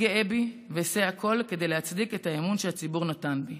גאה בי ואעשה הכול כדי להצדיק את האמון שהציבור נתן בי.